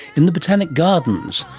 in the botanic gardens.